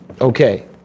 Okay